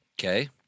Okay